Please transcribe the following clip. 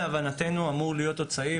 להבנתנו בתוכם אמור להיות עוד סעיף,